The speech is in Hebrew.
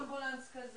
ויקה: אמבולנס.